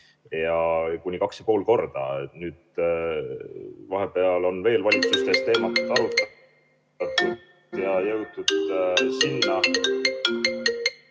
– kuni kaks ja pool korda. Nüüd vahepeal on veel valitsuses teemat arutatud ja